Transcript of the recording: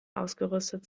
ausgerüstet